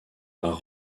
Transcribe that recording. par